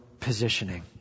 positioning